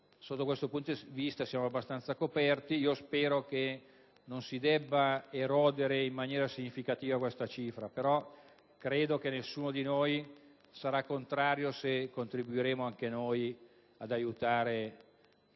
Sotto questo punto di vista siamo dunque abbastanza coperti. Spero che non si debba erodere in maniera significativa questa cifra. Credo però che nessuno sarà contrario se contribuiremo anche noi ad aiutare